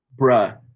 bruh